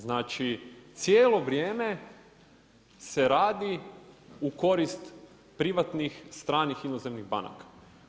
Znači, cijelo vrijeme se radi u korist, privatnih, stranih inozemnih banaka.